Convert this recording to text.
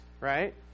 right